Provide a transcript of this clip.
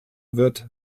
wird